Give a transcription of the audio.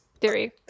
Theory